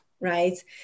Right